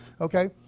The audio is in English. Okay